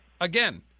Again